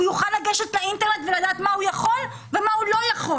הוא יוכל לגשת לאינטרנט ולדעת מה הוא יכול ומה הוא לא יכול,